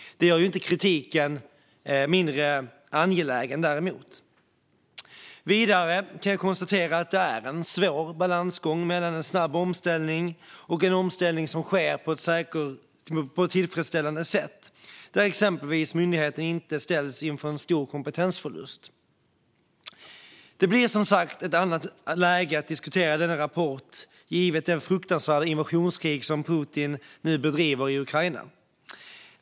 Det gör däremot inte kritiken mindre angelägen. Riksrevisionens rapport om ned-dragningar hos Migrationsverket 2017-2020 Vidare kan jag konstatera att det är en svår balansgång mellan en snabb omställning och en omställning som sker på ett tillfredsställande sätt, där myndigheten exempelvis inte ställs inför en stor kompetensförlust. Det blir som sagt ett annat läge att diskutera denna rapport givet det fruktansvärda invasionskrig som Putin nu bedriver i Ukraina.